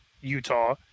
Utah